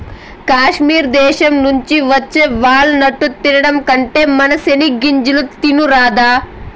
కాశ్మీర్ దేశం నుంచి వచ్చే వాల్ నట్టు తినడం కంటే మన సెనిగ్గింజలు తినరాదా